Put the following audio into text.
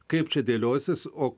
kaip čia dėliosis o